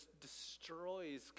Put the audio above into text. destroys